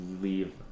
leave